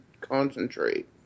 concentrate